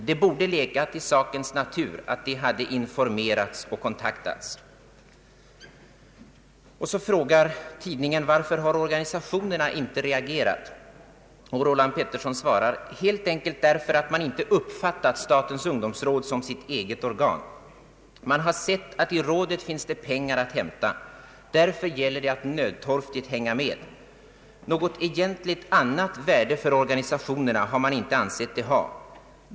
Det borde legat i sakens natur, att de hade informerats och kontaktats.” Så frågar tidningen varför organisationerna inte har reagerat. Roland Peterson svarar: ”Helt enkelt därför att man inte uppfattat statens ungdomsråd som sitt eget organ. Man har sett att i rådet finns det pengar att hämta. Därför gäller det att nödtorftigt ”hänga med”. Något egentligt annat värde för organisationerna har man inte ansett det ha.